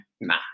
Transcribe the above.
Nah